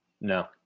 no